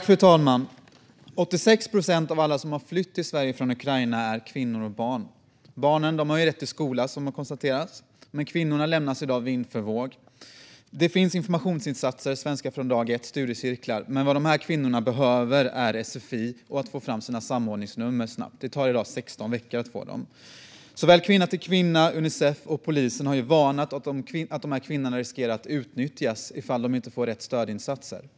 Fru talman! 86 procent av alla som har flytt till Sverige från Ukraina är kvinnor och barn. Barnen har rätt till skola, som konstaterats här, men kvinnorna lämnas i dag vind för våg. Det finns informationsinsatser, som Svenska från dag ett och studiecirklar, men vad dessa kvinnor behöver är sfi och att få sina samordningsnummer snabbt. Det tar i dag 16 veckor att få dessa. Såväl Kvinna till Kvinna som Unicef och polisen har varnat för att dessa kvinnor riskerar att utnyttjas ifall de inte får rätt stödinsatser.